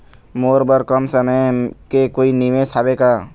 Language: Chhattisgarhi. मोर बर कम समय के कोई निवेश हावे का?